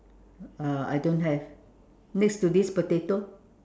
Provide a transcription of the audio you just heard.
uh I don't have next to this potato